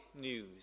news